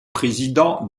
président